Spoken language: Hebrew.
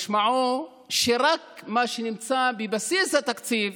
משמעה שרק מה שנמצא בבסיס התקציב